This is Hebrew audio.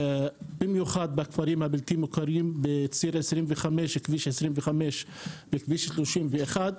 במיוחד בכפרים הבלתי מוכרים בציר 25 ובכביש 31,